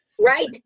right